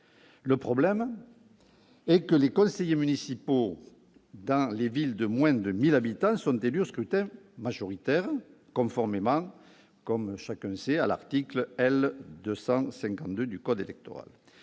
Le problème est que les conseillers municipaux dans les villes de moins de 1 000 habitants sont élus au scrutin majoritaire, conformément à l'article L. 252 du code électoral.